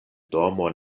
domo